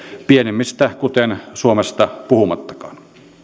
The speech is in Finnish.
pienemmistä kuten suomesta puhumattakaan